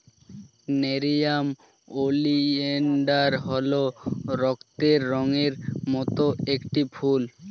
nerium oleander হল রক্তের রঙের মত একটি ফুল